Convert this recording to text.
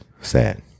sad